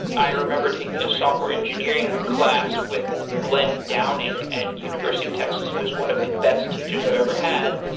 i remember taking a software engineering class with glen downing at university of texas who is one of the best teachers i've ever had.